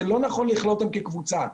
זה לא נכון לכלול אותם כקבוצה.